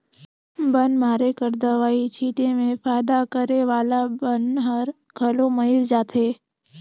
बन मारे कर दवई छीटे में फायदा करे वाला बन हर घलो मइर जाथे